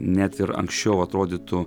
net ir anksčiau atrodytų